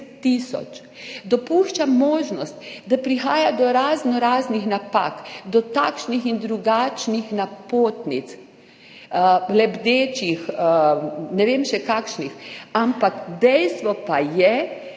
Dopuščam možnost, da prihaja do raznoraznih napak, do takšnih in drugačnih napotnic, lebdečih, ne vem, kakšnih še. Ampak dejstvo pa je, da